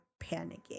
panicking